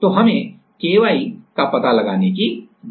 तो हमें Ky का पता लगाने की जरूरत है